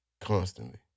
constantly